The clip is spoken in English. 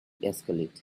deescalate